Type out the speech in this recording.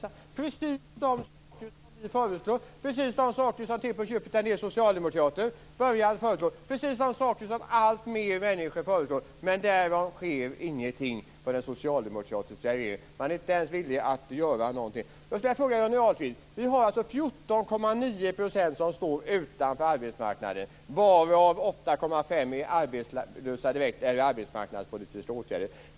Det är precis de saker som vi föreslår, precis de saker som till på köpet en del socialdemokrater börjar föreslå och precis de saker som alltfler människor föreslår! Men därav sker ingenting. Den socialdemokratiska regeringen är inte ens villig att göra någonting. Jag vill ställa en första fråga till Johnny Ahlqvist. Vi har 14,9 % av arbetskraften som står utanför arbetsmarknaden varav 8,5 % är direkt arbetslösa eller i arbetsmarknadspolitiska åtgärder.